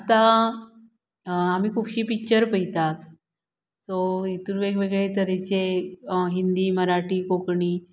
आतां आमी खुबशीं पिक्चर पळयता सो हातून वेगवेगळें तरेचे हिंदी मराठी कोंकणी